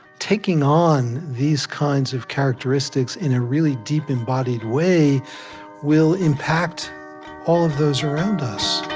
taking on these kinds of characteristics in a really deep, embodied way will impact all of those around us